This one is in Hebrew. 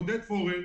עודד פורר,